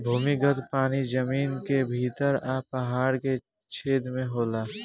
भूमिगत पानी जमीन के भीतर आ पहाड़ के छेद में होला